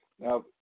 Now